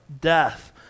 death